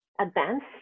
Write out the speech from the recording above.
advance